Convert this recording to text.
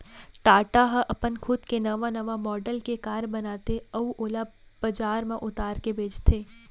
टाटा ह अपन खुद के नवा नवा मॉडल के कार बनाथे अउ ओला बजार म उतार के बेचथे